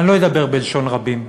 אני לא אדבר בלשון רבים,